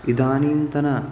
इदानीन्तन